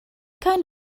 kind